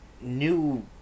new